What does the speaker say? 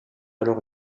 alors